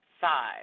five